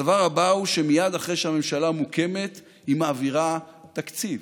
הדבר הבא הוא שמייד אחרי שהממשלה מוקמת היא מעבירה תקציב.